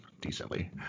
decently